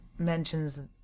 mentions